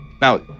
Now